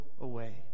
away